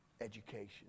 education